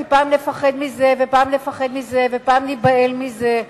פעם נפחד מזה ופעם נפחד מזה ופעם ניבהל מזה,